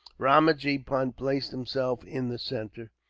ramajee punt placed himself in the centre,